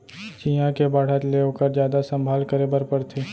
चियॉ के बाढ़त ले ओकर जादा संभाल करे बर परथे